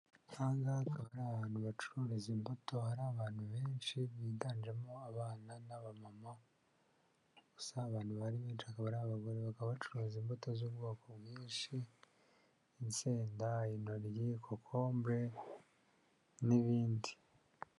Aha ngaha akaba ari ahantu bacururiza imbuto, hari abantu benshi biganjemo abana n'abamama gusa abantu bahari benshi bakaba abagore, bakaba bacuruza imbuto z'ubwoko bwinshi, insenda, intoryi, kokombure n'ibindi.